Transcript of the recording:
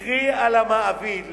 קרי על המעביד,